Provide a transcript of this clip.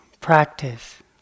practice